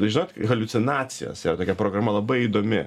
žinot haliucinacijas yra tokia programa labai įdomi